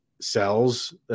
sells